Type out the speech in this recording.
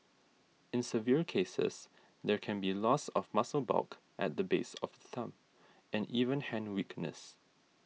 in severe cases there can be loss of muscle bulk at the base of the thumb and even hand weakness